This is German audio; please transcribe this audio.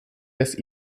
des